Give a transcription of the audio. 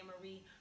Marie